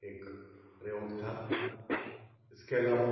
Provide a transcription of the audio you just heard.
एक प्रयोग था इसके अलावा